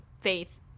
faith